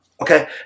okay